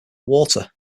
water